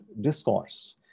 discourse